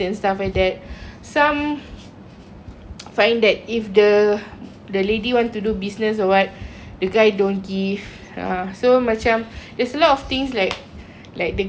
find that if the the lady wanted to do business or what the guy don't give ha so macam it's a lot of things like like the guys don't really macam into it lah